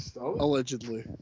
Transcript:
allegedly